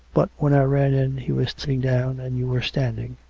but when i ran in he was sitting down, and you were standing.